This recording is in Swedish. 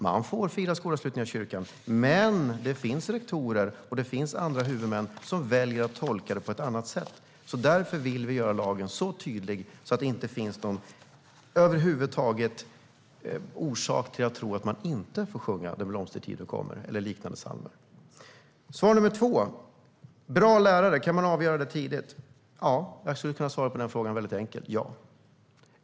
Man får fira skolavslutning i kyrkan. Men det finns rektorer och andra huvudmän som väljer att tolka det på ett annat sätt. Därför vill vi göra lagen så tydlig att det över huvud taget inte finns någon orsak att tro att man inte får sjunga Den blomstertid nu kommer eller liknande psalmer. Svaret på fråga två: Kan man avgöra tidigt om någon blir bra lärare? Jag skulle kunna svara mycket enkelt på den frågan: ja.